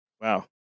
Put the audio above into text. Wow